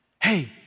Hey